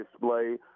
display